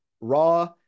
raw